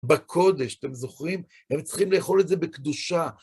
בקודש, אתם זוכרים? הם צריכים לאכול את זה בקדושה.